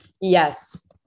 Yes